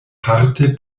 parte